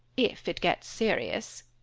if it gets serious.